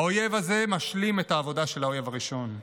האויב הזה משלים את העבודה של האויב הראשון.